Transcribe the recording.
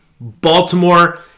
Baltimore